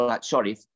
Sorry